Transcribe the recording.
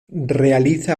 realiza